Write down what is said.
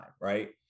right